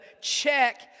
check